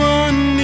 one